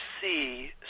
see